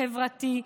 חברתי,